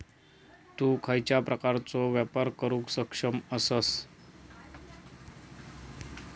तु खयच्या प्रकारचो व्यापार करुक सक्षम आसस?